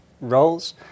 roles